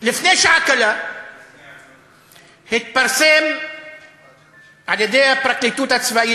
לפני שעה קלה התפרסם על-ידי הפרקליטות הצבאית